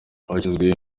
hashyizweho